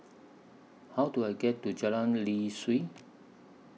How Do I get to Jalan Lye Kwee